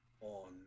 on